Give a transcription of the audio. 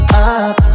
up